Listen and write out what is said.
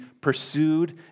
pursued